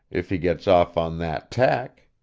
if he gets off on that tack.